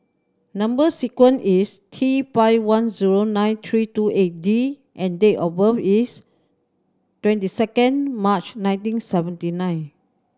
number sequence is T five one zero nine three two eight D and date of birth is twenty second March nineteen seventy nine